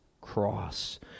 cross